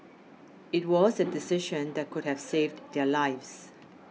it was a decision that could have saved their lives